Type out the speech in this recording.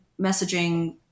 messaging